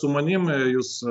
su manim jūs